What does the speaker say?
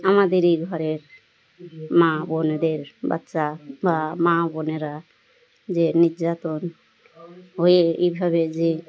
আমাদের এই ঘরের মা বোনেদের বাচ্চা বা মা বোনেরা যে নির্যাতন হয়ে এইভাবে যে